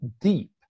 deep